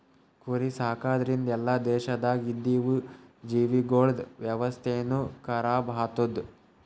ಕುರಿ ಸಾಕದ್ರಿಂದ್ ಎಲ್ಲಾ ದೇಶದಾಗ್ ಇದ್ದಿವು ಜೀವಿಗೊಳ್ದ ವ್ಯವಸ್ಥೆನು ಖರಾಬ್ ಆತ್ತುದ್